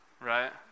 right